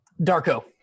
Darko